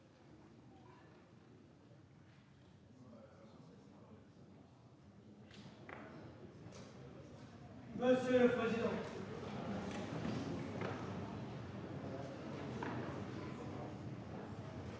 Monsieur le président,